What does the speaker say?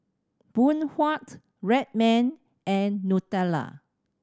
Phoon Huat Red Man and Nutella